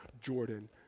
Jordan